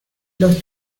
los